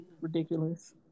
ridiculous